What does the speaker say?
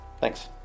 Thanks